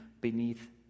beneath